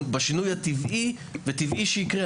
בשינוי הטבעי, וטבעי שיקרה.